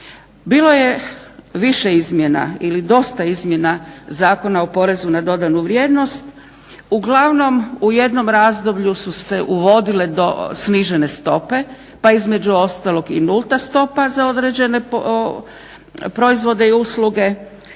Bilo je više izmjena ili dosta izmjena Zakona o PDV-u, uglavnom u jednom razdoblju su se uvodile snižene stope pa između ostalog i nulta stopa za određene proizvode i usluge,